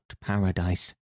paradise